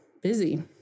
busy